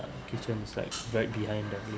kitchen is like right behind the living